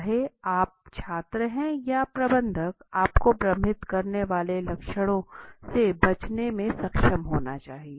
चाहे आप आप छात्र हैं या प्रबंधक आपको भ्रमित करने वाले लक्षणों से बचने में सक्षम होना चाहिए